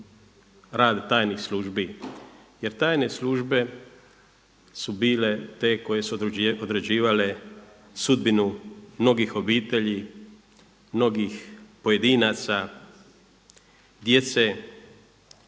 rad tajnih službi, jer tajne službe su bile te koje su određivale sudbinu mnogih obitelji, mnogih pojedinaca, djece,